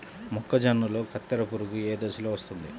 మొక్కజొన్నలో కత్తెర పురుగు ఏ దశలో వస్తుంది?